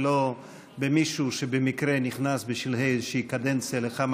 ולא במישהו שבמקרה נכנס בשלהי איזו קדנציה לכמה